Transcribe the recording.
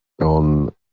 on